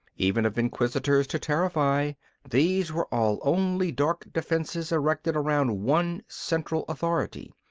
even of inquisitors to terrify these were all only dark defences erected round one central authority,